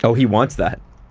so he wants that.